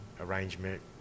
arrangement